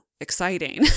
exciting